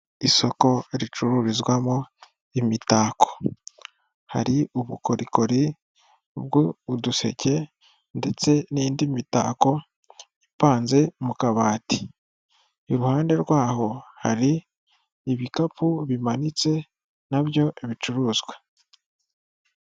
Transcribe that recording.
Isoko ricururizwamo imitako, hari ubukorikori bw'uduseke ndetse n'indi mitako ipanze mu kabati, iruhande rwaho hari ibikapu bimanitse na byo bicuruzwa.